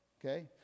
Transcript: Okay